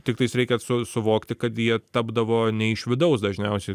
tiktais reikia suvokti kad jie tapdavo ne iš vidaus dažniausiai